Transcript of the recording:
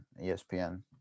ESPN